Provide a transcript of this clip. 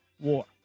war